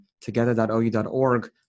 together.ou.org